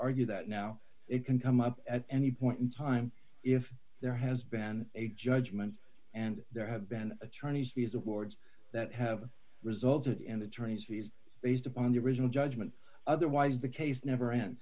argue that now it can come up at any point in time if there has been a judgment and there have been attorneys fees awards that have resulted in attorneys fees based upon the original judgment otherwise the case never end